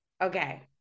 okay